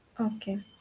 okay